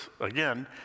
Again